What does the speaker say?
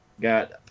Got